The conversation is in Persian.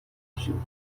افتادیم